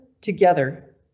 together